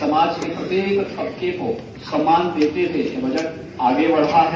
समाज के प्रत्येक तबके को सम्मान देते हुए बजट आगे बढ़ा है